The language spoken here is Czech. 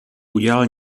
udělal